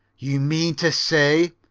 you mean to say,